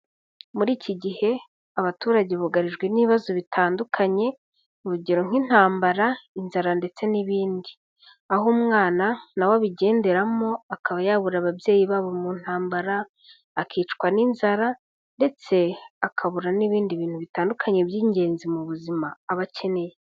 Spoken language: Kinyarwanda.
Muri iki gihe, abaturage bugarijwe n'ibibazo bitandukanye, urugero nk'intambara, inzara ndetse n'ibindi. Aho umwana na we abigenderamo, akaba yabura ababyeyi babo mu ntambara, akicwa n'inzara ndetse akabura n'ibindi bintu bitandukanye by'ingenzi mu buzima, aba akeneye.